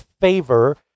favor